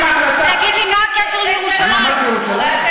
מה הקשר לירושלים?